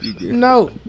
no